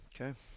Okay